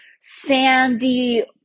sandy